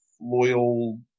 loyal